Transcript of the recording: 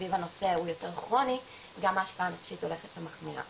סביב הנושא הוא יותר כרוני גם ההשפעה הנפשית מחמירה.